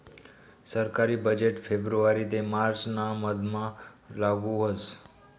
सरकारी बजेट फेब्रुवारी ते मार्च ना मधमा लागू व्हस